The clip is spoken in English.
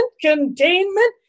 containment